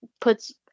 puts